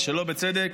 ושלא בצדק,